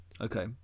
Okay